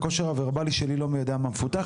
הכושר הוורבלי שלי לא מי יודע מה מפותח,